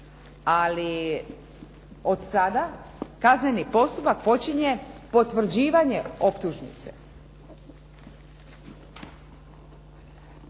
Ali od sada kazneni postupak počinje potvrđivanjem optužnice.